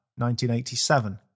1987